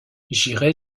j’irai